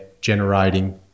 generating